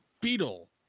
beetle